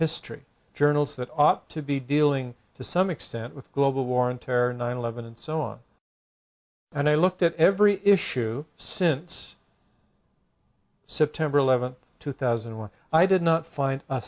history journals that ought to be dealing to some extent with global war on terror nine eleven and so on and i looked at every issue since september eleventh two thousand and one i did not find a